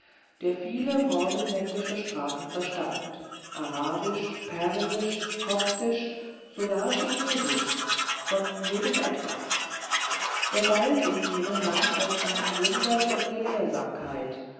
der viele morgenländische sprachen verstand arabisch persisch koptisch sogar chinesisch von jedem etwas er galt in jenem land für ein wunder von gelehrsamkeit